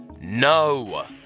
No